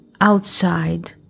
outside